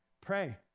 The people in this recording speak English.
Pray